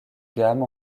gamme